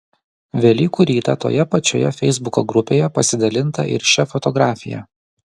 velykų rytą toje pačioje feisbuko grupėje pasidalinta ir šia fotografija